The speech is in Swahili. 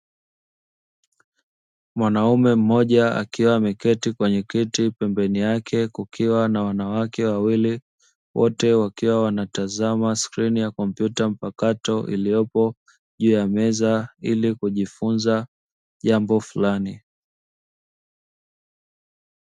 Mwanaume mmoja akiwa ameketi kwenye kiti, pembeni yake kukiwa na wanawake wawili wote wakiwa wanatazama akrini ya kompyuta mpakato iliyopo juu ya meza hili kujifunza jambo fulani.